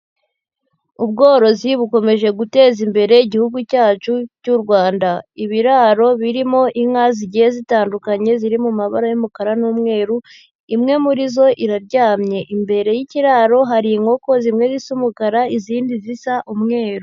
Ubworozi bukomeje guteza imbere igihugu cyacu cy'u Rwanda. Ibiraro birimo inka zigiye zitandukanye zirimo amabara y'umukara n'umweru; imwe muri zo iraryamye. Imbere y'ikiraro hari inkoko zimwe zisa umukara izindi zisa umweru.